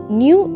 new